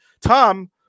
Tom